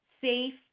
safe